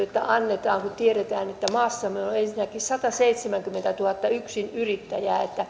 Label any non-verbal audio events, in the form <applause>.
<unintelligible> että kun tiedetään että maassamme on ensinnäkin sataseitsemänkymmentätuhatta yksinyrittäjää